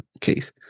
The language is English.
case